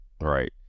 right